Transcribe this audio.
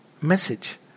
message